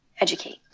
educate